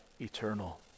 eternal